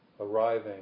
arriving